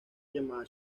llamada